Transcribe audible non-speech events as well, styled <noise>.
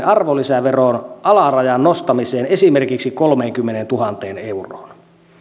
<unintelligible> arvonlisäveron alarajan nostamiseen esimerkiksi kolmeenkymmeneentuhanteen euroon